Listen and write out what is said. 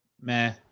Meh